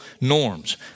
norms